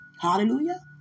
Hallelujah